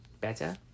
better